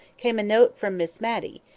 came a note from miss matty,